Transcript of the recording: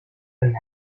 een